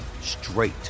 straight